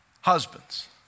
Husbands